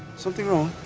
something wrong?